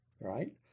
Right